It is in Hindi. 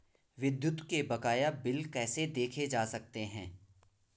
विद्युत के बकाया बिल कैसे देखे जा सकते हैं?